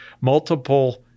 multiple